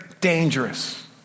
dangerous